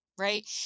right